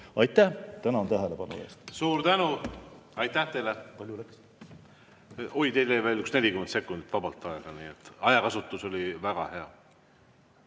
Aitäh! Tänan tähelepanu eest! Suur tänu, aitäh teile! Palju läks? Oi, teil jäi veel üks 40 sekundit vabalt aega, nii et ajakasutus oli väga hea.